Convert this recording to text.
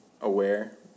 aware